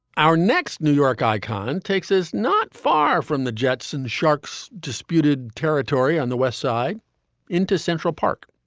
our next new york icon takes us not far from the jetsons sharks disputed territory on the west side into central park,